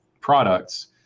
products